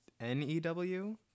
N-E-W